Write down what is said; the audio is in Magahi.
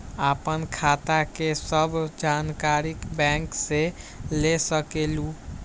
आपन खाता के सब जानकारी बैंक से ले सकेलु?